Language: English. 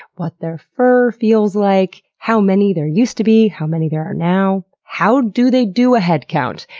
what their fur feels like, how many there used to be, how many there are now, how do they do a head count,